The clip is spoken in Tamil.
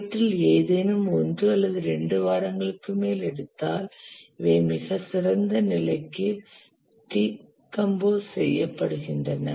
இவற்றில் ஏதேனும் ஒன்று அல்லது இரண்டு வாரங்களுக்கு மேல் எடுத்தால் இவை மிகச் சிறந்த நிலைக்கு டீகம்போஸ் செய்யப்படுகின்றன